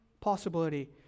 possibility